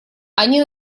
они